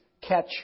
catch